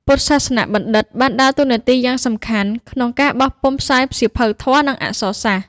ពុទ្ធសាសនបណ្ឌិត្យបានដើរតួនាទីយ៉ាងសំខាន់ក្នុងការបោះពុម្ពផ្សាយសៀវភៅធម៌ និងអក្សរសាស្ត្រ។